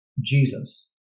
Jesus